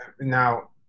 Now